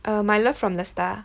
um My Love From the Star